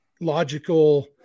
logical